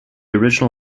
original